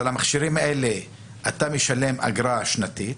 על המכשירים האלה אתה משלם אגרה שנתית.